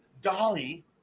Dolly